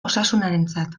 osasunarentzat